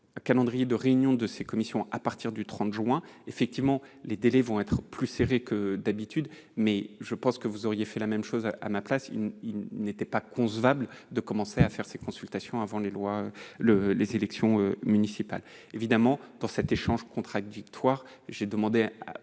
un calendrier de réunion de ces commissions à partir du 30 juin. Effectivement, les délais vont être plus serrés que d'habitude, mais je pense que vous auriez fait la même chose à ma place : il n'était pas concevable de commencer à faire ses consultations avant les élections municipales. Évidemment, dans cet échange contradictoire, j'ai demandé